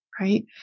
right